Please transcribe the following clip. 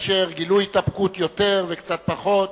אשר גילו התאפקות, יותר וקצת פחות,